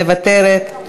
מוותרת,